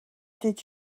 did